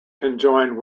conjoined